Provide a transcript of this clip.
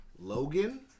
Logan